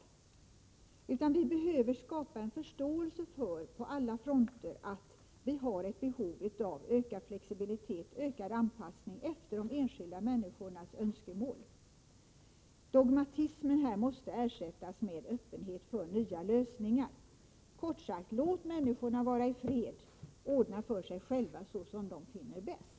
Det behöver på alla fronter skapas förståelse för att det finns ett behov av ökad flexibilitet och ökad anpassning efter de enskilda människornas önskemål. Dogmatismen här måste ersättas med öppenhet för nya lösningar. Kort sagt: Låt människorna vara i fred och ordna för sig själva såsom de finner bäst.